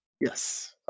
Yes